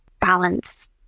balance